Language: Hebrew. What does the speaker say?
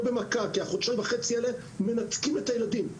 במכה כי החודשיים וחצי האלה מנתקים את הילדים,